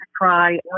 try